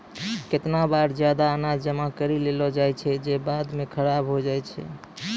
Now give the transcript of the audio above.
केतना बार जादा अनाज जमा करि लेलो जाय छै जे बाद म खराब होय जाय छै